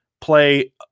play